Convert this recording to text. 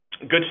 good